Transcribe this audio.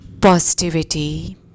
positivity